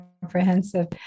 comprehensive